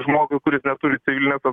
žmogui kuris neturi civilinio